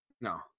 No